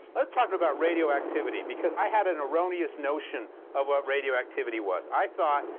let's talk about radioactivity. because i had an erroneous notion of what radioactivity was. i thought,